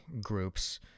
groups